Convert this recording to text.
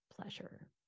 pleasure